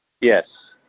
yes